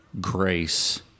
grace